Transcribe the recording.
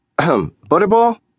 Butterball